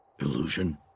Illusion